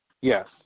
Yes